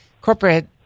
corporate